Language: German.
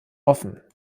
offen